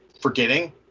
forgetting